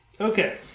Okay